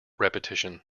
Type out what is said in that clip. repetition